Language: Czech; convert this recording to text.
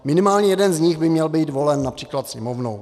Minimálně jeden z nich by měl být volen například Sněmovnou.